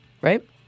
right